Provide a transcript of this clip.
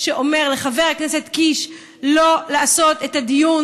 שאומר לחבר הכנסת קיש לא לעשות את הדיון,